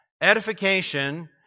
edification